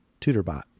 TutorBot